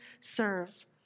serve